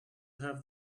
have